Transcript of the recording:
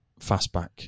fastback